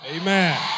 Amen